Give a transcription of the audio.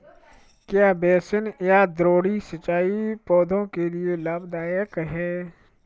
क्या बेसिन या द्रोणी सिंचाई पौधों के लिए लाभदायक है?